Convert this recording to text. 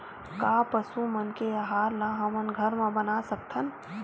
का पशु मन के आहार ला हमन घर मा बना सकथन?